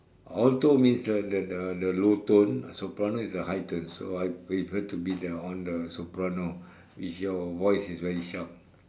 alto means the the the the low tone soprano is the high tone so I prefer to be on the soprano if your voice is very sharp